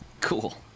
Cool